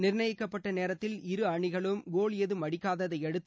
நிர்ணயிக்கப்பட்ட நேரத்தில் இரு அணிகளும் கோல் ஏதும் அடிக்காததை அடுத்து